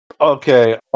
Okay